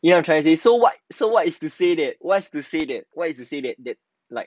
you know what I am trying to say so what is you should say that you should say that like